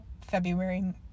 february